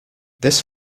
this